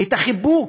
את החיבוק,